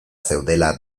zeudela